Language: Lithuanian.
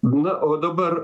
na o dabar